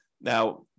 Now